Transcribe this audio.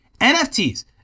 NFTs